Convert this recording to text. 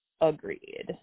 Agreed